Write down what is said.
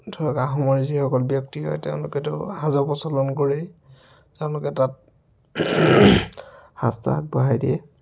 ধৰক আহোমৰ যিসকল ব্যক্তি হয় তেওঁলোকেতো সাঁজৰ প্ৰচলন কৰেই তেওঁলোকে তাত সাঁজটো আগবঢ়াই দিয়ে